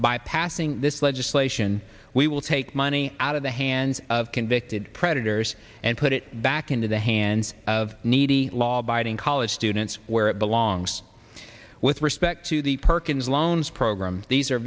by passing this legislation we will take money out of the hands of convicted predators and put it back into the hands of needy law abiding college students where it belongs with respect to the perkins loans program these are